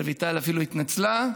רויטל אפילו התנצלה.